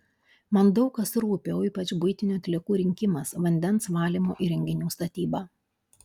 man daug kas rūpi o ypač buitinių atliekų rinkimas vandens valymo įrenginių statyba